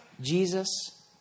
Jesus